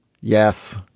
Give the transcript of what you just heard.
yes